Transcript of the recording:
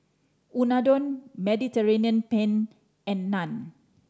Unadon Mediterranean Penne and Naan